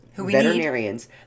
Veterinarians